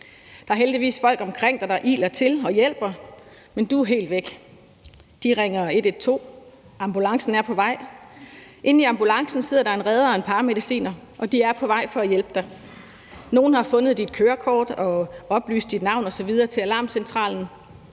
Der er heldigvis folk omkring dig, der iler til og hjælper, men du er helt væk. De ringer 112, ambulancen er på vej, inde i ambulancen sidder der en redder og en paramediciner, og de er på vej for at hjælpe dig. Nogle har fundet dit kørekort og oplyst dit navn osv. til alarmcentralen.